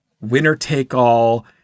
winner-take-all